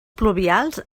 pluvials